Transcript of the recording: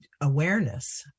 awareness